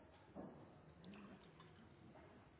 Takk til